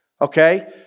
okay